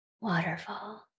waterfall